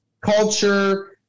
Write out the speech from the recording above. culture –